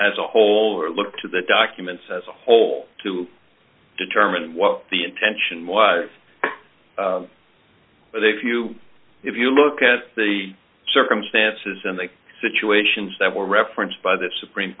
as a whole or look to the documents as a whole to determine what the intention was but if you if you look at the circumstances and the situations that were referenced by the supreme